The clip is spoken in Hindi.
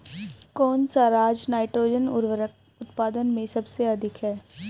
कौन सा राज नाइट्रोजन उर्वरक उत्पादन में सबसे अधिक है?